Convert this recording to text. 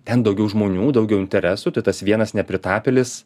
ten daugiau žmonių daugiau interesų tai tas vienas nepritapėlis